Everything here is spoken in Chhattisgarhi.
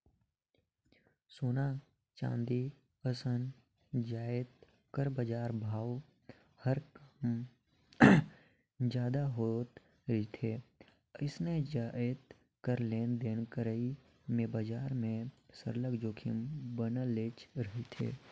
सोना, चांदी असन जाएत कर बजार भाव हर कम जादा होत रिथे अइसने जाएत कर लेन देन करई में बजार में सरलग जोखिम बनलेच रहथे